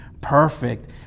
perfect